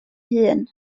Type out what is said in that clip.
hun